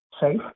safe